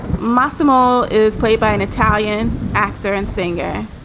massimo is played by an italian actor and singer.